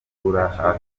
kubura